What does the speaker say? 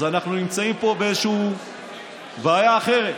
אז אנחנו נמצאים פה באיזושהי בעיה אחרת.